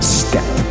step